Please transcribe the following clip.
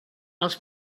els